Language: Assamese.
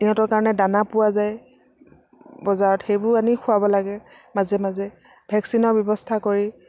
সিহঁতৰ কাৰণে দানা পোৱা যায় বজাৰত সেইবোৰ আনি খোৱাব লাগে মাজে মাজে ভেকচিনৰ ব্যৱস্থা কৰি